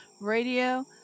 Radio